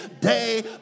day